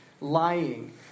lying